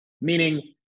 Meaning